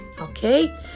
Okay